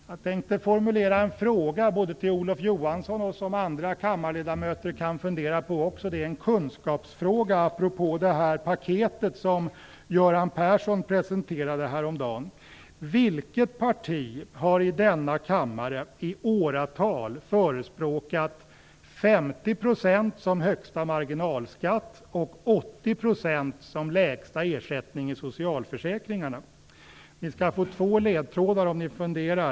Jag tänkte formulera en fråga som både Olof Johansson och andra kammarledamöter kan fundera på. Det är en kunskapsfråga apropå det paket som Göran Persson presenterade häromdagen. Vilket parti har i denna kammare i åratal förespråkat 50 % som högsta marginalskatt och 80 % som lägsta ersättning i socialförsäkringarna? Ni skall få två ledtrådar, om ni funderar.